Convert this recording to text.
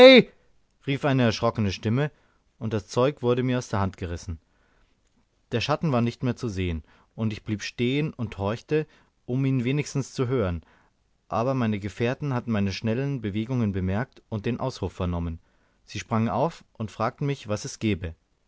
rief eine erschrockene stimme und das zeug wurde mir aus der hand gerissen der schatten war nicht mehr zu sehen und ich blieb stehen und horchte um ihn wenigstens zu hören aber meine gefährten hatten meine schnellen bewegungen bemerkt und den ausruf vernommen sie sprangen auf und fragten mich was es gebe